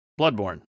Bloodborne